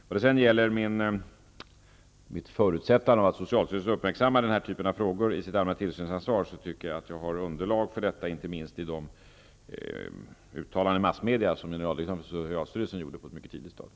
Vad sedan gäller att jag förutsätter att socialstyrelsen uppmärksammar den här typen av frågor i sitt allmänna tillsynsansvar, anser jag att jag har underlag för den ståndpunkten inte minst i de uttalanden för massmedia som generaldirektören för socialstyrelsen gjorde på ett mycket tidigt stadium.